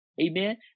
Amen